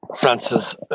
Francis